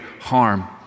harm